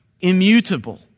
immutable